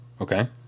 Okay